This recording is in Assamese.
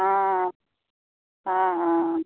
অঁ অঁ অঁ